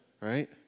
right